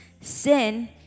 sin